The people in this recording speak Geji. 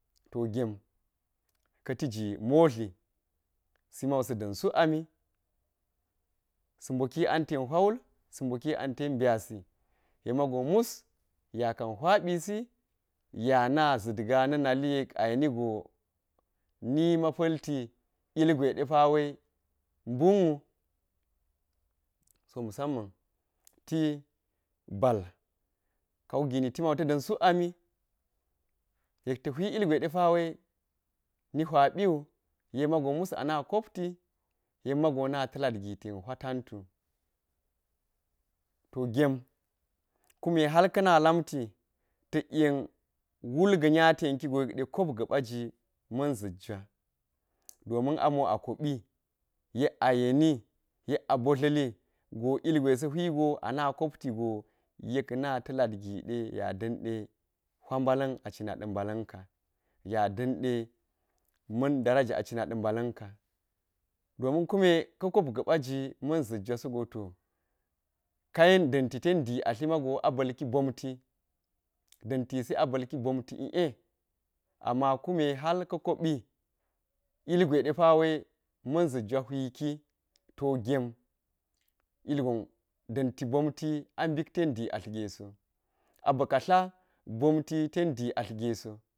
To gem ka̱ti ji modli si mago sa̱ da̱n suk ami sa̱ mboki anten hwa wul sa̱ mboki anten byasi yek mago mus ya kan hwa ɓi si yana zit ga na̱ nali ya yeni go ni ma pa̱lti ilgwe de pawe mbunwu, so musamman ti bal kawu gini timan ta̱ da̱n suk a mi yek ta̱ hwi gilgwe depawe ni hwaɓiwu yek mago mus ana kupti yek mago na ta̱lad gi ten hwa tantu to gem kume hal ka̱na lamti ta̱k yen wul ga̱ nya tenki go yek ka̱n kop ga̱ɓa ma̱n zit ca domin amo a kobi yek ayeni yek a bodlili go ilgwe sa̱ hwigo ana kopti go ana kopti go yek na ta̱lad gi de ya da̱nɗe hwa mbala̱n a cina da̱ mbala̱n ka ya da̱nɗe ma̱n daraja a cina ɗa̱ mbala̱n ka domin kume ka̱ kop ga̱ba̱ ga̱ ma̱n zit jwe sogo to kayen da̱nti ten di atli mago a ɓa̱l ki bomti da̱nti si a ba̱lki bomti ie ame kume hal ka koɓi ilgwe depawe man zit jwa hwiki to gem ilgon da̱nti bomti a mbik tan di atl ge so a ba̱ ka tla bomti tan di atl ge so.